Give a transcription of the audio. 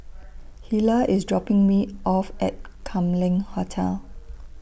Hilah IS dropping Me off At Kam Leng Hotel